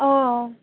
অঁ